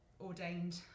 ordained